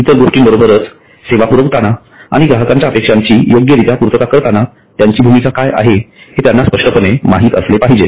इतर गोष्टींबरोबरच सेवा पुरविताना आणि ग्राहकांच्या अपेक्षांची योग्यरीत्या पूर्तता करताना त्यांची भूमिका काय आहे हे त्यांना स्पष्टपणे माहित असले पाहिजे